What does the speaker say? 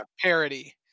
parody